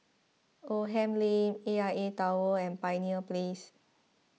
Oldham Lane A I A Tower and Pioneer Place